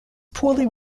poorly